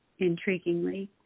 intriguingly